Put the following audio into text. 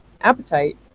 appetite